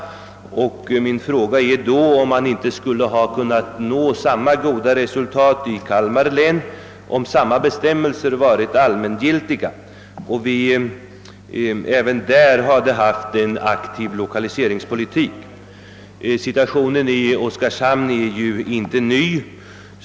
Min fråga är därför om vi inte skulle ha kunnat nå samma goda resultat i Kalmar län, om dessa bestämmelser varit allmängiltiga och vi även där hade haft en aktiv lokaliseringspolitik. Situationen i Oskarshamn är inte ny.